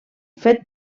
fet